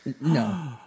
No